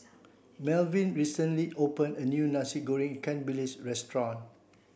Melvin recently opened a new Nasi Goreng Ikan Bilis restaurant